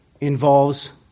involves